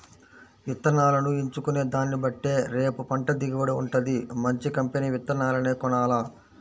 ఇత్తనాలను ఎంచుకునే దాన్నిబట్టే రేపు పంట దిగుబడి వుంటది, మంచి కంపెనీ విత్తనాలనే కొనాల